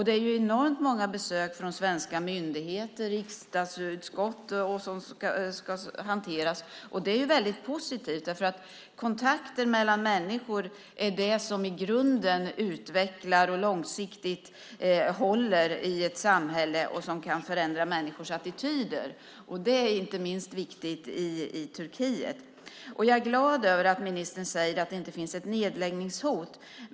Det är enormt många besök från svenska myndigheter och riksdagsutskott som ska hanteras. Det är väldigt positivt, för kontakter mellan människor är det som i grunden utvecklar och långsiktigt håller i ett samhälle och som kan förändra människors attityder. Det är inte minst viktigt i Turkiet. Jag är glad över att ministern säger att det inte finns ett nedläggningshot.